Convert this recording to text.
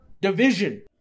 division